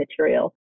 material